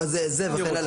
זה נוסח